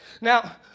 Now